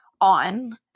on